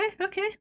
Okay